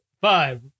Five